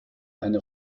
eine